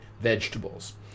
vegetables